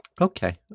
Okay